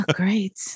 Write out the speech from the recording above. great